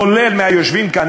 כולל מהיושבים כאן,